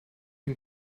den